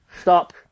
Stop